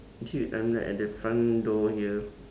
actually I'm like at the front door here